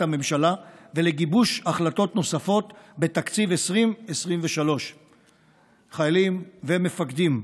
הממשלה ולגיבוש החלטות נוספות בתקציב 2023. חיילים ומפקדים,